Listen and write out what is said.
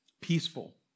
Peaceful